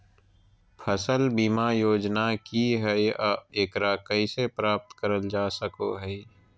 फसल बीमा योजना की हय आ एकरा कैसे प्राप्त करल जा सकों हय?